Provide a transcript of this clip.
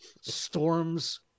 storms